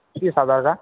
तीस हजार का